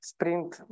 Sprint